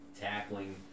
tackling